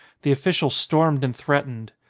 the official stormed and threatened.